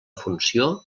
funció